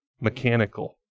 mechanical